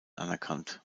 anerkannt